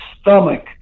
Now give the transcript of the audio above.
stomach